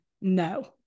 no